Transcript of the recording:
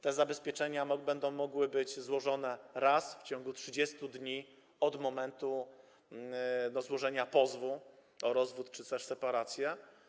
Te zabezpieczenia będą mogły być złożone raz w ciągu 30 dni od momentu złożenia pozwu o rozwód czy też separację.